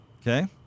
Okay